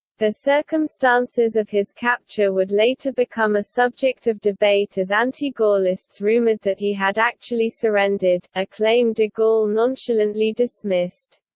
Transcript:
the circumstances of his capture would later become a subject of debate as anti-gaullists rumored that he had actually surrendered, a claim de gaulle nonchalantly dismissed.